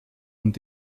und